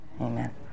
amen